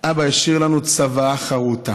אבא השאיר לנו צוואה חרוטה,